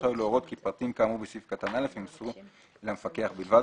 ורשאי הוא להורות כי פרטים כאמור בסעיף קטן (א) יימסרו למפקח בלבד,